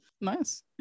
nice